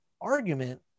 argument